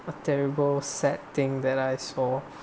a terrible sad thing that I saw